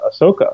Ahsoka